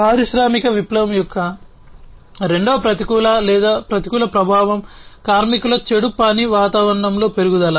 పారిశ్రామిక విప్లవం యొక్క రెండవ ప్రతికూల లేదా ప్రతికూల ప్రభావం కార్మికుల చెడు పని వాతావరణంలో పెరుగుదల